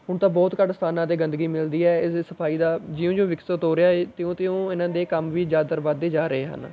ਹੁਣ ਤਾਂ ਬਹੁਤ ਘੱਟ ਸਥਾਨਾਂ 'ਤੇ ਗੰਦਗੀ ਮਿਲਦੀ ਹੈ ਇਸ ਸਫਾਈ ਦਾ ਜਿਉਂ ਜਿਉਂ ਵਿਕਸਿਤ ਹੋ ਰਿਹਾ ਏ ਤਿਉਂ ਤਿਉਂ ਇਹਨਾਂ ਦੇ ਕੰਮ ਵੀ ਜ਼ਿਆਦਾਤਰ ਵੱਧਦੇ ਜਾ ਰਹੇ ਹਨ